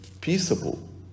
peaceable